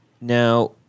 Now